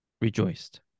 rejoiced